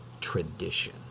tradition